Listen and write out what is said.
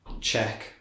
check